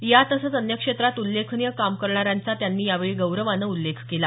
या तसंच अन्य क्षेत्रांत उल्लेखनीय काम करणाऱ्यांचा त्यांनी यावेळी गौरवानं उल्लेख केला